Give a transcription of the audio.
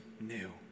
new